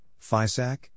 FISAC